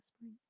spring